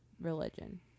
religion